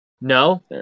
No